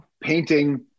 painting